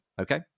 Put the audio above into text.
Okay